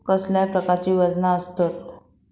कसल्या प्रकारची वजना आसतत?